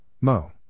Mo